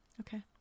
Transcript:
Okay